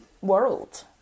world